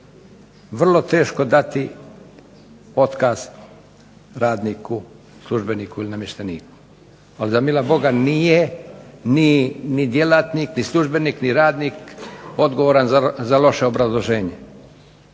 vrlo teško dati otkaz radniku, službeniku ili namješteniku, ali za mila Boga nije ni djelatnik, ni službenik, ni radnik odgovoran za loše obrazloženje,